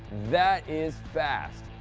that is fast.